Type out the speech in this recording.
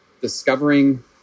Discovering